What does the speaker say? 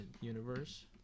universe